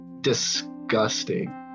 disgusting